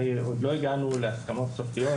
עוד לא הגענו להסכמות סופיות,